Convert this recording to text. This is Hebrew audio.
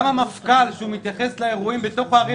גם כשהמפכ"ל מתייחס לאירועים בתוך הערים